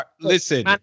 Listen